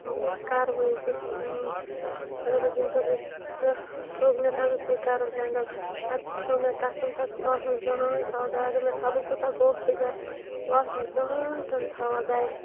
بہٕ کیٛاہ کَرٕ وۄنۍ ییٚکِس اگر بہٕ تمہِ ساتہٕ سُہ توٚگ مےٚ تَتٮ۪س یہِ کَرُن ہٮ۪نٛڈٕل پَتہٕ کھیوٚو مےٚ کَسم تَتس بہٕ آس نہٕ زٕہٕنۍ تھاوان گَرِ اگَر مےٚ خَبَر کوٗتاہ گوٚب تہٕ گژھِ بہٕ آسنہٕ نہٕ زٕہٕنۍ تہِ نہٕ تھاوان گَرِ